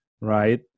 right